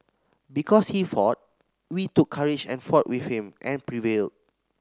because he fought we took courage and fought with him and prevailed